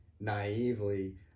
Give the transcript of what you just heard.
naively